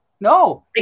no